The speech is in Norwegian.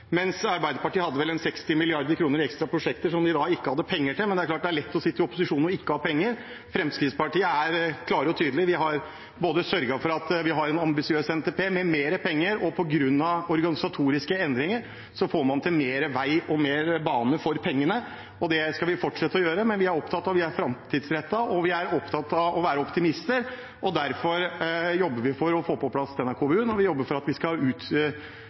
mens Arbeiderpartiet hadde vel omtrent 60 mrd. kr i ekstra prosjekter som de ikke hadde penger til. Men det er klart det er lett å sitte i opposisjon og ikke ha penger. Fremskrittspartiet er klare og tydelige – vi har sørget for at vi har en ambisiøs NTP med mer penger, og på grunn av organisatoriske endringer får man til mer vei og mer bane for pengene, og det skal vi fortsette med. Vi er framtidsrettet og vi er opptatt av å være optimister. Derfor jobber vi for å få på plass denne KVU-en, og vi jobber for at vi skal bygge ut